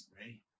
right